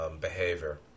behavior